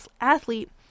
athlete